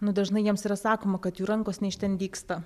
nu dažnai jiems yra sakoma kad jų rankos ne iš ten dygsta